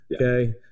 okay